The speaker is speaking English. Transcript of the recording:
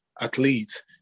athlete